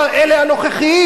אומרים: אלה הנוכחיים,